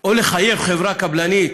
או לחייב חברה קבלנית